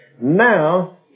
Now